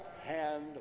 hand